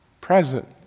present